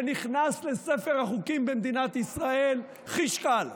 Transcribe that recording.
ונכנס לספר החוקים במדינת ישראל חיש קל.